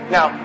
Now